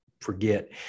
forget